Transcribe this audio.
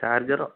ചാർജറോ